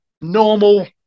normal